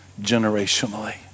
generationally